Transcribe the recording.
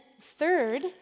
third